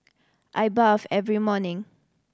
I bathe every morning